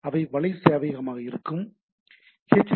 அவை வலை சேவையகமாக இருக்கும் ஹெச்